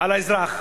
על האזרח.